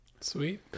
sweet